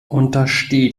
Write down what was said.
untersteh